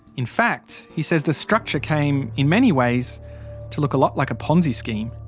in fact, he says the structure came in many ways to look a lot like a ponzi scheme.